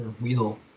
Weasel